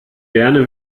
gerne